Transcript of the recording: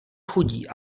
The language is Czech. chudí